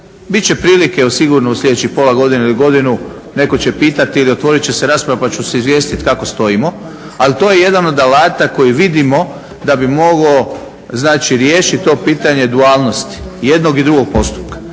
Bit će prilike sigurno u sljedećih pola godine ili godinu, netko će pitati ili otvorit će se rasprava pa ću vas izvijestit kako stojimo, ali to je jedan od alata koji vidimo da bi mogao znači riješit to pitanje dualnosti jednog i drugog postupka.